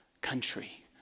country